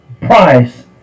price